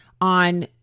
on